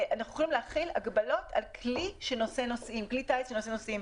אנחנו יכולים להחיל הגבלות על כלי טיס שנושא נוסעים,